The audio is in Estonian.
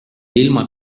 ilma